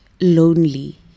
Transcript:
lonely